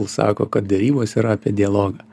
sako kad derybos yra apie dialogą